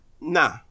nah